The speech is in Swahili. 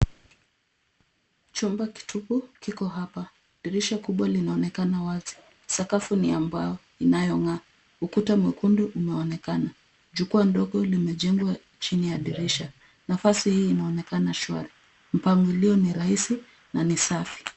Chumba kitupu kiko hapa. Dirisha kubwa linaonekana wazi. Sakafu ni ya mbao inayong'aa. Ukuta mwekundu unaonekana. Jukwaa ndogo limejengwa chini ya dirisha. Nafasi hii inaonekana shwari. Mpangilio ni rahisi na ni safi.